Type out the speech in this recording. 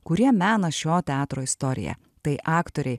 kurie mena šio teatro istoriją tai aktoriai